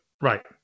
right